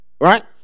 right